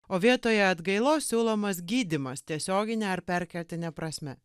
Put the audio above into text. o vietoje atgailos siūlomas gydymas tiesiogine ar perkeltine prasme